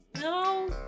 no